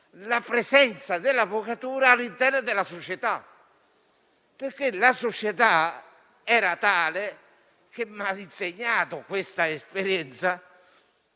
la presenza dell'avvocatura all'interno della società. La società era tale che mi ha insegnato questa esperienza.